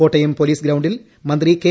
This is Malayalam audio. കോട്ടയം പൊലീസ് ഗ്രൌണ്ടിൽ മന്ത്രി കെ